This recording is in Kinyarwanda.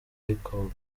ariko